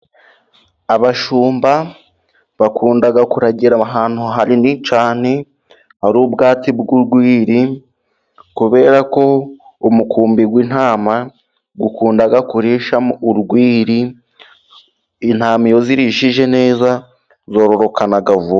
Abashumba bakunda kuragira ahantu hanini cyane. Hari ubwatsi bw'urwiri kubera ko umukumbi w'intama ugukunda kurisha urwiri , intama iyo zirishije neza zororoka kuva.